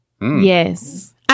Yes